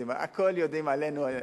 הכול יודעים עלינו.